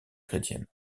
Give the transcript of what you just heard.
chrétienne